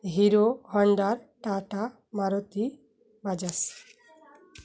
Hero Honda Tata Maruti Bajaj